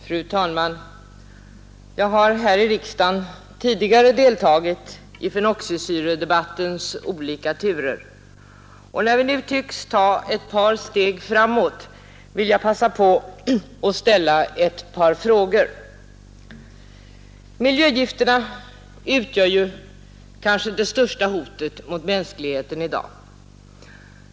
Fru talman! Jag har här i riksdagen tidigare deltagit i fenoxisyredebattens olika turer, och när vi nu tycks ta några steg framåt vill jag passa på att ställa ett par frågor. Miljögifterna utgör kanske det största hotet mot mänskligheten i dag.